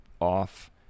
off